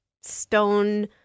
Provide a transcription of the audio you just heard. stone